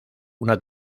una